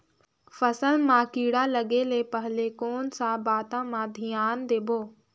फसल मां किड़ा लगे ले पहले कोन सा बाता मां धियान देबो?